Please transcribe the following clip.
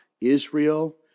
Israel